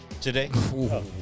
today